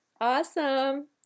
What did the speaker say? Awesome